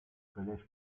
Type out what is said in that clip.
collège